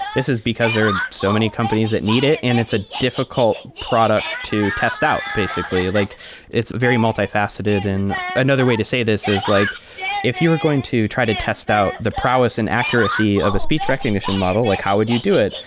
this is because there are so many companies that need it and it said ah difficult product to test out, basically. like it's very multifaceted. and another way to say this is like if you're going to try to test out the prowess and accuracy of a speech recognition model, like how would you do it?